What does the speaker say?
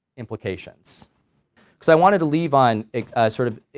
implications. so i wanted to leave on a sort of,